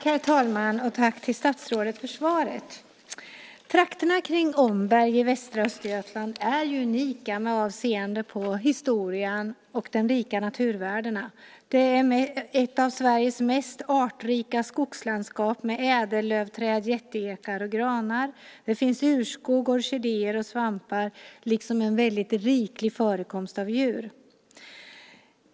Herr talman! Jag tackar statsrådet för svaret. Trakterna kring Omberg i västra Östergötland är unika med avseende på historien och de rika naturvärdena. Det är ett av Sveriges mest artrika skogslandskap med ädellövträd, jätteekar och granar. Det finns urskog, orkidéer och svampar liksom en väldigt riklig förekomst av djur.